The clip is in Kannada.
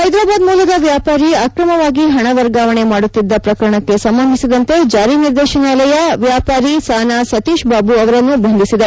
ಹೈದರಬಾದ್ ಮೂಲದ ವ್ಲಾಪಾರಿ ಆಕ್ರಮವಾಗಿ ಹಣ ವರ್ಗಾವಣೆ ಮಾಡುತ್ತಿದ್ದ ಪ್ರಕರಣಕ್ಕೆ ಸಂಬಂಧಿಸಿದಂತೆ ಜಾರಿ ನಿರ್ದೇಶನಾಲಯ ವ್ಯಾಪಾರಿ ಸಾನಾ ಸತೀಶ್ ಬಾಬುರನ್ನು ಬಂಧಿಸಿದೆ